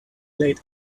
late